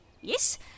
Yes